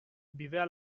bidea